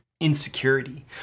Insecurity